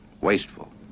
wasteful